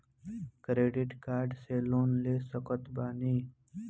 Credit card से loan ले सकत बानी?